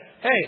Hey